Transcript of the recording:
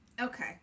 Okay